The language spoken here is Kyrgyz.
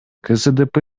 ксдп